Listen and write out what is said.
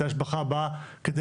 היטל השבחה בא כדי